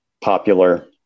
popular